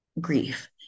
grief